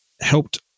helped